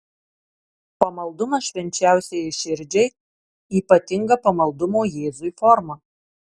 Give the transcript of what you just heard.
pamaldumas švenčiausiajai širdžiai ypatinga pamaldumo jėzui forma